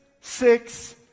six